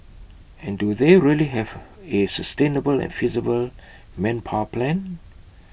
and do they really have A sustainable and feasible manpower plan